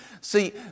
See